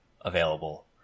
available